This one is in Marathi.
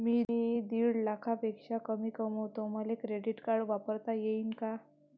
मी दीड लाखापेक्षा कमी कमवतो, मले क्रेडिट कार्ड वापरता येईन का?